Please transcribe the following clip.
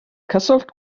cyswllt